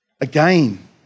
Again